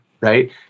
right